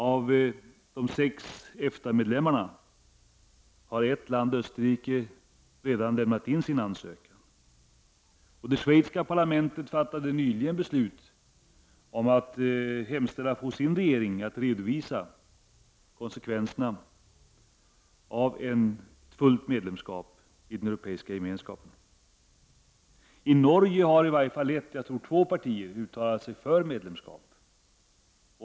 Av de sex EFTA-medlemmarna har ett land, Österrike, redan lämnat in sin ansökan. Det schweiziska parlamentet beslöt nyligen att hos sin regering hemställa om att få en redovisning av konsekvenserna av ett fullt medlemskap i den Europeiska gemenskapen. I Norge har i varje fall ett, jag tror två, av partierna uttalat sig för medlemskap.